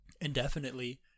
indefinitely